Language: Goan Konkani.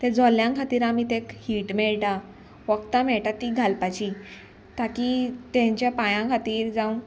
तें जल्ल्यां खातीर आमी तांकां हीट मेळटा वखदां मेळटा ती घालपाची ताकी तेंच्या पांयां खातीर जावं